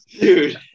dude